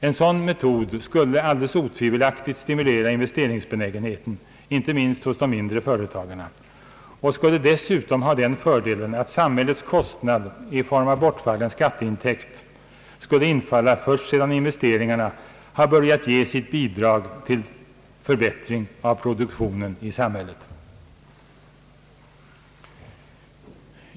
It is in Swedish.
En sådan metod skulle otvivelaktigt stimulera investeringsbenägenheten, inte minst hos de mindre företagarna, och skulle dessutom ha den fördelen att samhällets kostnad i form av bortfallen skatteintäkt skulle infalla först sedan investeringarna börjat ge sitt bidrag till förbättring av produktionen i samhället.